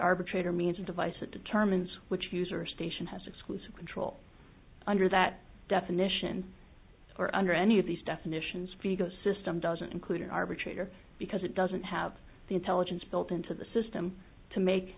arbitrator means a device that determines which user station has exclusive control under that definition or under any of these definitions figo system doesn't include an arbitrator because it doesn't have the intelligence built into the system to make